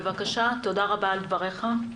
תודה רבה על דבריך.